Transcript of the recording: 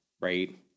right